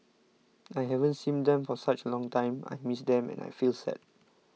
I haven't seen them for such a long time I miss them and I feel sad